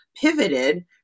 pivoted